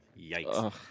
Yikes